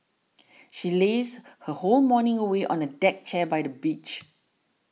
she lazed her whole morning away on a deck chair by the beach